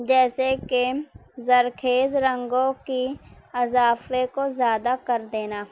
جیسے کہ زرخیز رنگوں کی اضافے کو زیادہ کر دینا